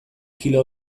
kilo